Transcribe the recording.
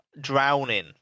drowning